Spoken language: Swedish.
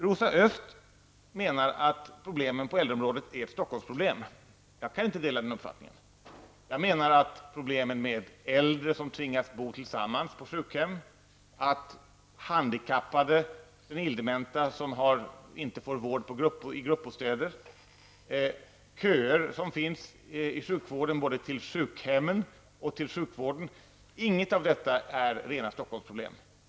Rosa Östh menar att problemen på äldreområdet är ett Stockholmsproblem. Jag kan inte dela den uppfattningen. Problemen med äldre som tvingas bo tillsammans på sjukhem, handikappade och senildementa som inte får vård i gruppbostäder, köer som finns både till sjukhemmen och till sjukvården, inget av detta är rena Stockholmsproblem.